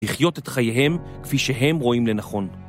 לחיות את חייהם כפי שהם רואים לנכון.